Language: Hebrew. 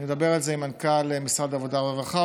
אני מדבר על זה עם מנכ"ל משרד העבודה והרווחה,